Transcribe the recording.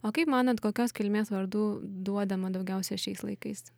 o kaip manot kokios kilmės vardų duodama daugiausia šiais laikais